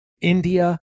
India